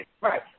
Right